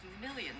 millions